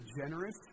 generous